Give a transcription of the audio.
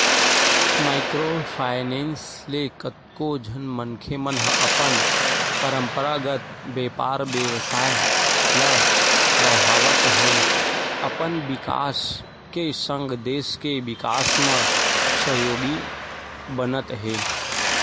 micro finance ले कतको झन मनखे मन ह अपन पंरपरागत बेपार बेवसाय ल बड़हात होय अपन बिकास के संग देस के बिकास म सहयोगी बनत हे